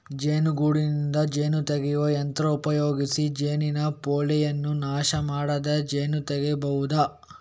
ಜೇನುಗೂಡಿನಿಂದ ಜೇನು ತೆಗೆಯುವ ಯಂತ್ರ ಉಪಯೋಗಿಸಿ ಜೇನಿನ ಪೋಳೆಯನ್ನ ನಾಶ ಮಾಡದೆ ಜೇನು ತೆಗೀಬಹುದು